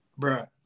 bruh